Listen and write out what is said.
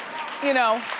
you know?